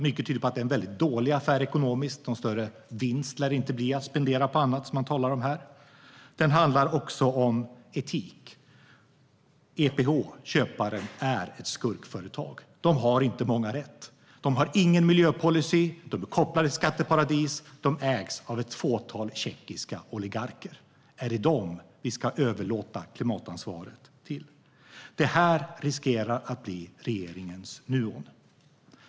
Mycket tyder på att det ekonomiskt är en väldigt dålig affär. Någon större vinst att spendera på annat, som man talar om här, lär det inte bli. Det handlar också om etik. EPH, köparen, är ett skurkföretag. De har inte många rätt. De har ingen miljöpolicy. De är kopplade till skatteparadis. De ägs av ett fåtal tjeckiska oligarker. Är det dem vi ska överlåta klimatansvaret till? Det här riskerar att bli regeringens Nuon.